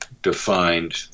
defined